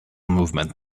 movement